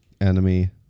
Enemy